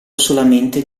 solamente